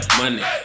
money